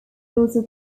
also